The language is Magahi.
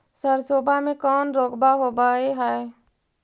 सरसोबा मे कौन रोग्बा होबय है?